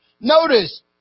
Notice